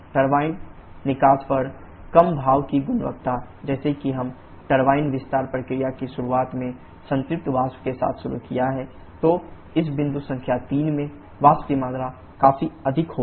turbine निकास पर कम भाप की गुणवत्ता जैसा कि हम टरबाइन विस्तार प्रक्रिया की शुरुआत में संतृप्त वाष्प के साथ शुरू करते हैं तो इस बिंदु संख्या 3 में वाष्प की मात्रा काफी अधिक होगी